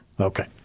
Okay